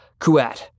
Kuat